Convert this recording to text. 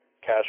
cash